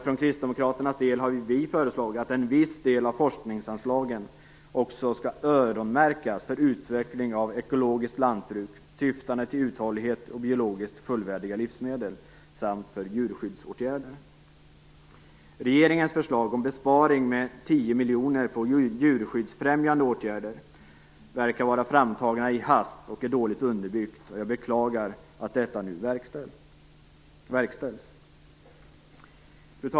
Vi kristdemokrater har föreslagit att en viss del av forskningsanslagen också skall öronmärkas för utveckling av ekologiskt lantbruk, syftande till uthållighet och biologiskt fullvärdiga livsmedel, samt för djurskyddsåtgärder. miljoner på djurskyddsfrämjande åtgärder verkar vara framtaget i hast och är dåligt underbyggt. Jag beklagar att detta nu verkställs. Fru talman!